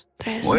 tres